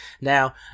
now